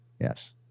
Yes